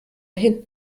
hin